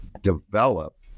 develop